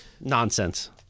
Nonsense